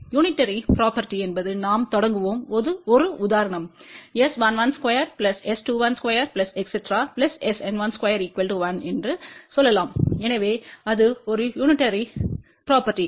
unitary property என்பது நாம் தொடங்குவோம் ஒரு உதாரணம்S112S212SN12 1என்று சொல்லலாம்எனவே அது ஒரு யூனிடேரி ப்ரொபேர்ட்டி